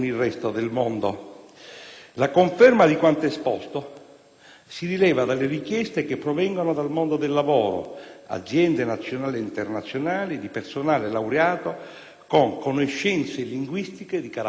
La conferma di quanto esposto si rileva dalle richieste che provengono dal mondo del lavoro, aziende nazionali ed internazionali, di personale laureato con conoscenze linguistiche di carattere professionale.